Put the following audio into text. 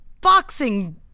boxing